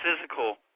physical